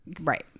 right